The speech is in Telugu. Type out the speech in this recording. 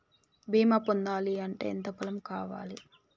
బీమా పొందాలి అంటే ఎంత పొలం కావాలి?